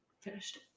finished